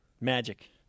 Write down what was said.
magic